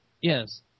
Yes